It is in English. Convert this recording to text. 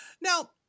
Now